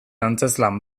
antzezlan